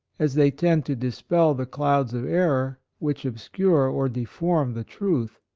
as they tend to dispel the clouds of error which obscure or deform the truth,